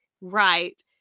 right